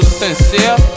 sincere